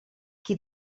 qui